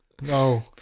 No